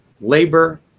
labor